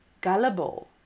gullible